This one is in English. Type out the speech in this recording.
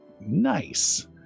Nice